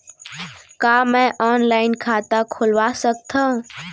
का मैं ऑनलाइन खाता खोलवा सकथव?